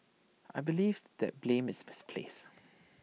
I believe that blame is misplaced